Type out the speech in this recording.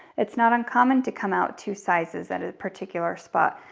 it's not uncommon to come out two sizes at a particular spot.